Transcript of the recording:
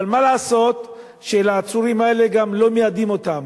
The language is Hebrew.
אבל מה לעשות שהעצורים האלה, גם לא מיידעים אותם.